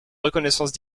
reconnaissance